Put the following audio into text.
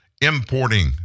importing